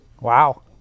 Wow